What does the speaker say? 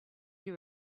you